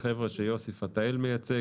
החבר'ה שיוסי פתאל מייצג,